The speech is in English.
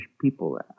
people